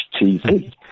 TV